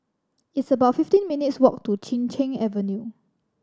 it's about fifteen minutes' walk to Chin Cheng Avenue